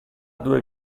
dove